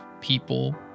people